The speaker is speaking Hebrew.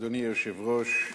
אדוני היושב-ראש,